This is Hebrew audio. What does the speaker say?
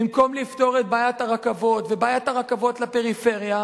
במקום לפתור את בעיית הרכבות ובעיית הרכבות לפריפריה,